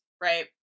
right